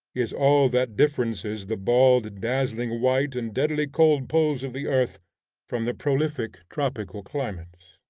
is all that differences the bald, dazzling white and deadly cold poles of the earth from the prolific tropical climates.